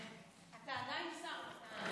אתה עדיין שר, מתן.